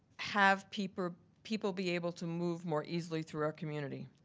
have people people be able to move more easily through our community.